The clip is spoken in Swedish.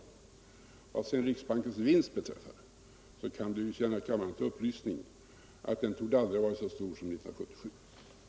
Vad sedan beträffar riksbankens vinst, så kan det tjäna kammaren till upplysning att den aldrig torde ha varit så stor som 1977.